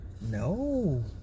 No